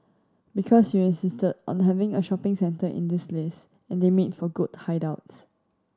because you insisted on having a shopping centre in this list and they make for good hideouts